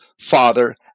father